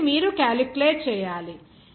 కాబట్టి మీరు క్యాలిక్యులేట్ చేయాలి